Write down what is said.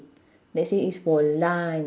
let's say it's for lun~